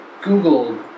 Google